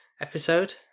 episode